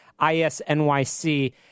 ISNYC